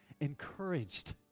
encouraged